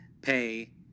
pay